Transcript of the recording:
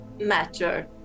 matter